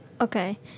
Okay